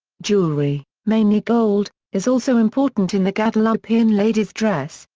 jewelry, mainly gold, is also important in the guadeloupean lady's dress,